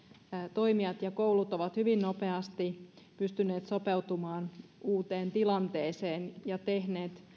toimijat ja koulut ovat hyvin nopeasti pystyneet sopeutumaan uuteen tilanteeseen ja tehneet